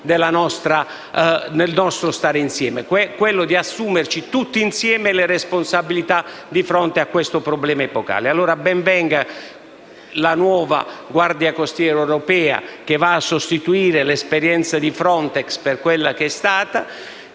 del nostro stare insieme, tra cui quello di assumerci, tutti insieme, le responsabilità di fronte a questo problema epocale. Allora ben venga la nuova Guardia costiera europea che va a sostituire l'esperienza di Frontex. Speriamo che questa